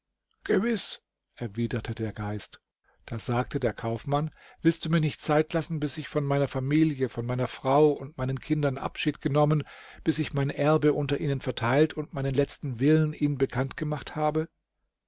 gewiß erwiderte der geist da sagte der kaufmann willst du mir nicht zeit lassen bis ich von meiner familie von meiner frau und meinen kindern abschied genommen bis ich mein erbe unter ihnen verteilt und meinen letzten willen ihnen bekannt gemacht habe